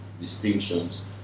distinctions